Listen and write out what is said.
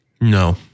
No